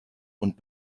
und